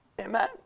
Amen